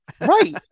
right